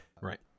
Right